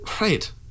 Right